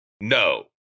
no